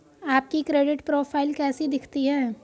आपकी credit profile कैसी दिखती है?